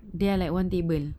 they are like one table